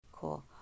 Cool